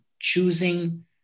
choosing